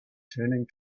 turning